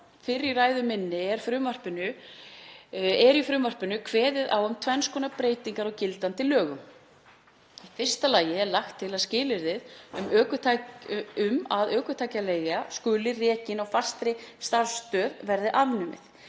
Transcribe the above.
fyrr í ræðu minni er í frumvarpinu kveðið á um tvenns konar breytingar á gildandi lögum. Í fyrsta lagi er lagt til að skilyrðið um að ökutækjaleiga skuli rekin á fastri starfsstöð verði afnumið.